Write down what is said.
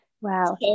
Wow